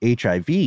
HIV